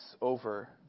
over